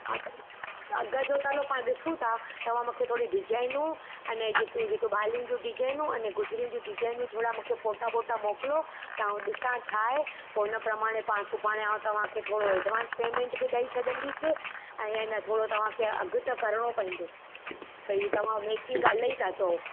हा त अघु जो त हलो पाणि ॾिसूं था तव्हां मूंखे थोरी डिजाइनियूं अने जेके जेको वालियुनि जो डिजाइनियूं अने गुजरिनि जी डिजाइनियूं थोरा मूंखे फोटा बोटा मोकिलो त आउं ॾिसा छा आहे पोइ उन प्रमाणे मां सुभाणे आउं तव्हांखे थोरो एडवांस पेमेंट बि ॾेई छॾंदसि ऐं अने थोरा तव्हांखे अघु त करिणो पवंदो भई तव्हां मेकिंग इलाही था चयो